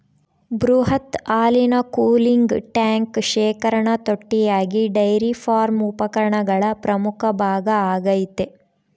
ಬೃಹತ್ ಹಾಲಿನ cooling tank ಶೇಖರಣಾ ತೊಟ್ಟಿಯಾಗಿ ಡೈರಿ ಫಾರ್ಮ್ ಉಪಕರಣಗಳ ಪ್ರಮುಖ ಭಾಗ ಆಗೈತೆ